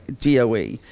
DOE